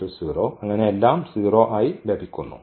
0 അങ്ങനെ എല്ലാം സീറോ ആയി ലഭിക്കുന്നു